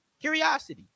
Curiosity